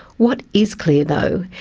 what is clear, though,